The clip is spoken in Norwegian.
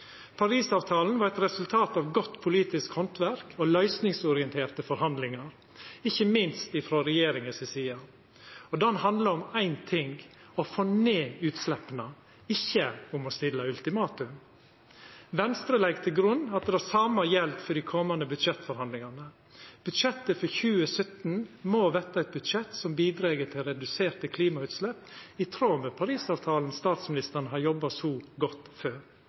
var eit resultat av godt politisk handverk og løysingsorienterte forhandlingar, ikkje minst frå regjeringa si side, og han handla om éin ting – å få ned utsleppa, ikkje om å stilla ultimatum. Venstre legg til grunn at det same gjeld for dei komande budsjettforhandlingane. Budsjettet for 2017 må verta eit budsjett som bidreg til reduserte klimautslepp, i tråd med Paris-avtalen statsministeren har jobba så godt